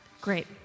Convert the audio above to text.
Great